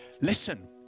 Listen